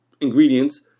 ingredients